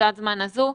בנקודת הזמן הזה,